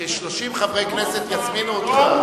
ש-30 חברי כנסת יזמינו אותך.